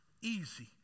easy